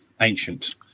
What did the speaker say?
ancient